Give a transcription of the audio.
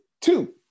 two